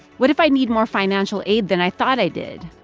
what if i need more financial aid than i thought i did?